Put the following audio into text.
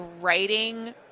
writing